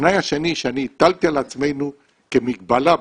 התנאי השני שאני הטלתי על עצמנו כמגבלה בחשיבה,